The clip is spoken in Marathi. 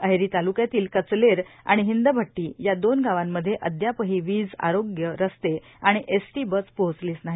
अहेरी तालुक्यातील कचलेर आणि हिंदभद्दी या दोन गावांमध्ये अद्यापही वीजए आरोग्यए रस्तेए आणि एसटी बस पोहचलीच नाही